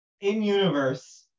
in-universe